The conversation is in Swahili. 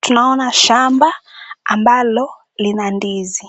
Tunaona shamba ambalo lina ndizi.